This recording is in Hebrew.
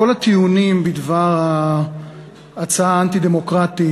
כל הטיעונים בדבר ההצעה האנטי-דמוקרטית